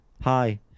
hi